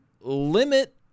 limit